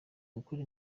gukora